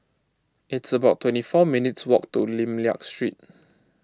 it's about twenty four minutes walk to Lim Liak Street